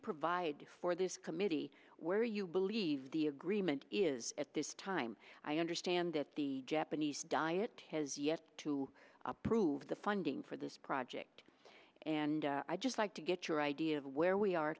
provide before this committee where you believe the agreement is at this time i understand that the japanese diet has yet to approve the funding for this project and i just like to get your idea of where we are